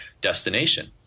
destination